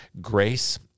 grace